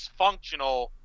Dysfunctional